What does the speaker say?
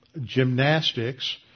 gymnastics